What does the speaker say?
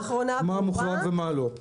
מה מוחרג ומה לא.